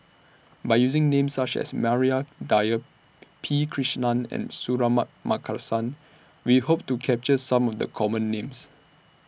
By using Names such as Maria Dyer P Krishnan and Suratman Markasan We Hope to capture Some of The Common Names